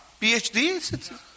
PhD